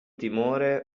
timore